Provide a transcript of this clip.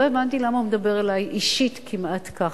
לא הבנתי למה הוא מדבר אלי, אישית כמעט, ככה.